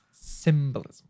Symbolism